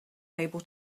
able